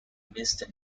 missed